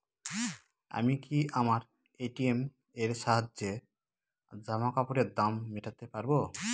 আমি কি আমার এ.টি.এম এর সাহায্যে জামাকাপরের দাম মেটাতে পারব?